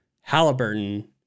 Halliburton